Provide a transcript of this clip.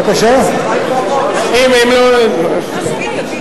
לא שומעים אותך.